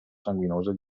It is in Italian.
sanguinosa